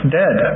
dead